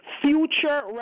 future